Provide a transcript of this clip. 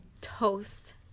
Toast